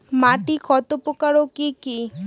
মাটি কতপ্রকার ও কি কী?